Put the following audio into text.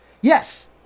yes